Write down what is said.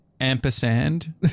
ampersand